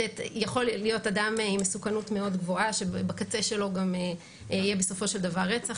להיות אדם עם מסוכנות גבוהה מאוד שבקצה שלו יהיה בסופו של דבר רצח,